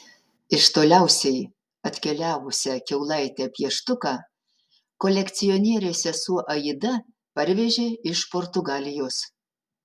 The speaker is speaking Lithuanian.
iš toliausiai atkeliavusią kiaulaitę pieštuką kolekcionierės sesuo aida parvežė iš portugalijos